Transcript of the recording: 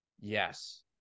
Yes